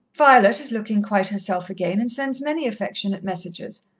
violet is looking quite herself again, and sends many affectionate messages.